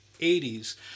80s